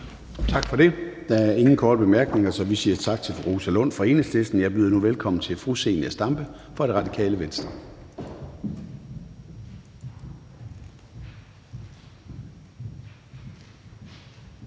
Tak for det. Der er ingen korte bemærkninger, så vi siger tak til fru Rosa Lund fra Enhedslisten. Jeg byder nu velkommen til fru Zenia Stampe fra Radikale Venstre.